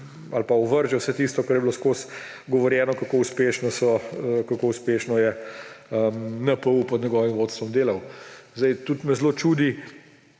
ali pa ovrže vse tisto, kar je bilo vseskozi govorjeno, kako uspešno je NPU pod njegovim vodstvom delal. Tudi me zelo čudi,